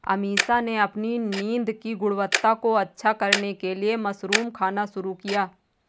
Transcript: अमीषा ने अपनी नींद की गुणवत्ता को अच्छा करने के लिए मशरूम खाना शुरू किया